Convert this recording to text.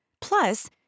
Plus